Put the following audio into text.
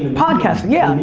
and podcasting, yeah.